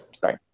Sorry